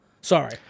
Sorry